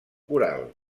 coral